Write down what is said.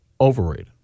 overrated